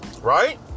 right